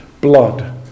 blood